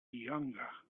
younger